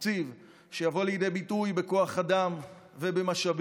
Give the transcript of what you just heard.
תקציב שיבוא לידי ביטוי בכוח אדם ובמשאבים.